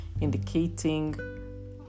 indicating